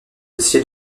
ciel